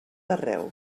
arreu